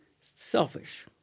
selfish